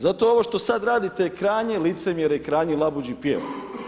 Zato ovo što sada radite je krajnje licemjerje i krajnji labuđi pjev.